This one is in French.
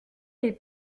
est